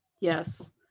Yes